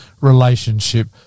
relationship